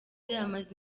amaze